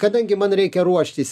kadangi man reikia ruoštis